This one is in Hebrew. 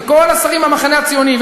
וכל השרים מהמחנה הציוני.